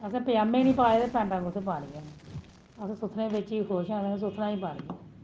असें पज़ामें निं पाये ते पैंटां कुत्थें पानियां न अस सुत्थनें बिच ई खुश आं ते सुत्थनां ई पानियां